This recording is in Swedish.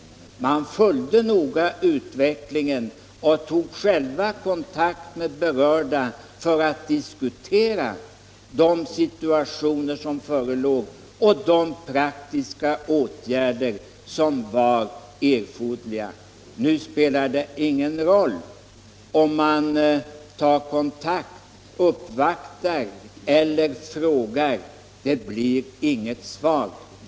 Regeringen följde själv noga utvecklingen och tog kontakt med de berörda för att diskutera de situationer som förelåg och de praktiska åtgärder som var erforderliga. Nu spelar det ingen roll om man tar kontakt, uppvaktar eller frågar — det blir inget svar.